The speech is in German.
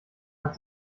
hat